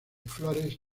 flores